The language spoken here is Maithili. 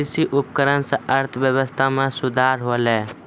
कृषि उपकरण सें अर्थव्यवस्था में सुधार होलय